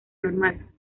normal